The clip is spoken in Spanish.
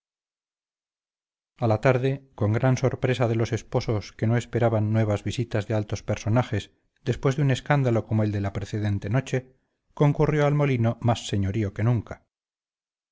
a la tarde con gran sorpresa de los esposos que no esperaban nuevas visitas de altos personajes después de un escándalo como el de la precedente noche concurrió al molino más señorío que nunca